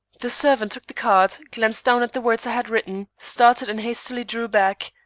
the servant took the card, glanced down at the words i had written, started and hastily drew back.